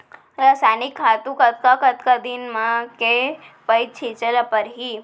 रसायनिक खातू कतका कतका दिन म, के पइत छिंचे ल परहि?